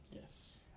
Yes